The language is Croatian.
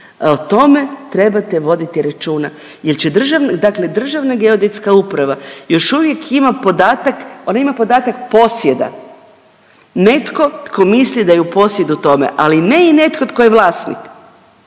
o tome trebate voditi računa jel će drž…, dakle Državna geodetska uprava još uvijek ima podatak, ona ima podatak posjeda, netko tko misli da je u posjedu tome, ali ne i netko tko je i vlasnik,